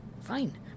Fine